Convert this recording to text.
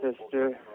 sister